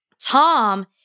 Tom